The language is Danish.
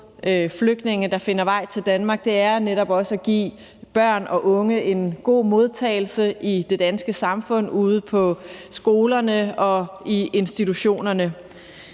flygtninge, der finder vej til Danmark, er netop også at give børn og unge en god modtagelse i det danske samfund, ude på skolerne og i institutionerne.